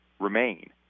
remain